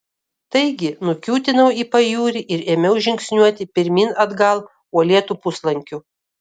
taigi nukiūtinau į pajūrį ir ėmiau žingsniuoti pirmyn atgal uolėtu puslankiu